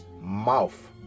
mouth